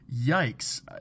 yikes